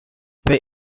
they